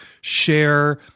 share